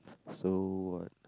so what